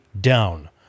down